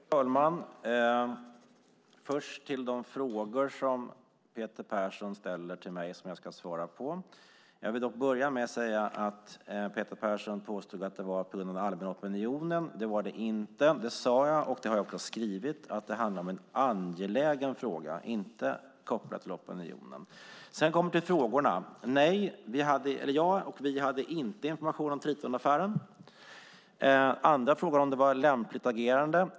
Fru talman! Jag ska svara på de frågor som Peter Persson ställer till mig. Jag vill dock börja med att säga att Peter Persson påstod att det var på grund av den allmänna opinionen. Det var det inte. Det sade jag. Jag har också skrivit att det handlar om en angelägen fråga, inte kopplat till opinionen. Sedan kommer jag till frågorna. Nej, vi hade inte information om Tritonaffären. Den andra frågan var om det var ett lämpligt agerande.